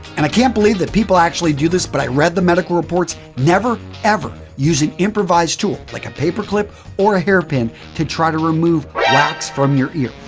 and, i can't believe that people actually do this, but i read the medical reports. never ever use an improvised tool like a paper clip or a hair pin to try to remove wax from your ear.